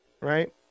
right